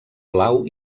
blau